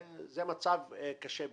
זה מצב קשה ביותר.